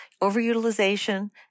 overutilization